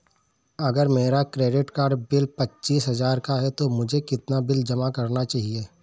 अगर मेरा credit card bill पच्चीस हजार का है तो मुझे कितना बिल जमा करना चाहिए?